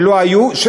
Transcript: שלא היו,